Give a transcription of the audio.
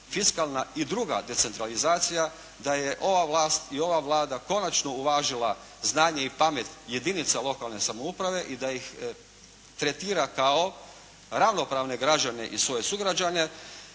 fiskalna i druga decentralizacija, da je ova vlast i ova Vlada konačno uvažila znanje i pamet jedinica lokalne samouprave i da ih tretira kao ravnopravne građane i svoje sugrađane.